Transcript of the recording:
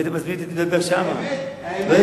אם היית מזמין אותי, הייתי מדבר שם, בפעם